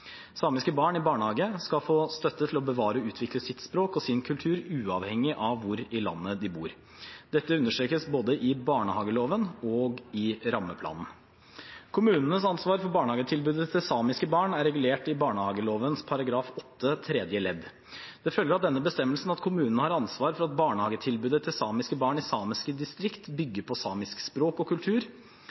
Samiske barn i barnehage skal få støtte til å bevare og utvikle sitt språk og sin kultur uavhengig av hvor i landet de bor. Dette understrekes både i barnehageloven og i rammeplanen. Kommunenes ansvar for barnehagetilbudet til samiske barn er regulert i barnehageloven § 8 tredje ledd. Det følger av denne bestemmelsen at kommunen har ansvar for at barnehagetilbudet til samiske barn i samiske distrikt bygger på samisk språk og kultur.